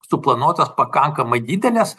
suplanuotos pakankamai didelės